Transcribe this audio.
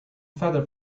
feather